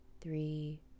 three